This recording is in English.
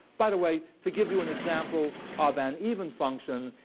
by the way, to give you an example of an even function,